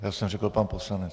Já jsem řekl pan poslanec.